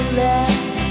left